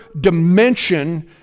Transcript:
dimension